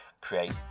create